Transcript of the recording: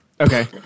Okay